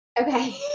Okay